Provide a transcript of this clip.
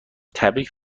تبریک